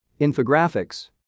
infographics